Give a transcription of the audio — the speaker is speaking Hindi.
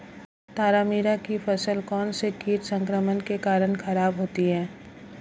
तारामीरा की फसल कौनसे कीट संक्रमण के कारण खराब होती है?